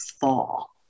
fall